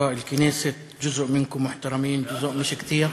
רבותי חברי הכנסת, חלק מכם נכבדים וחלק לא כל כך.)